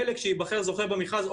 ולכשיבחר זוכה במכרז,